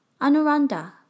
Anuranda